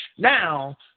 Now